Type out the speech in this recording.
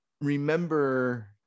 remember